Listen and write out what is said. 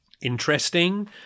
interesting